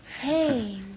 Hey